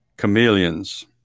chameleons